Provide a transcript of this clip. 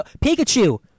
Pikachu